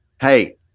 hey